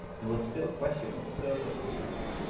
he will still question its serviceableness.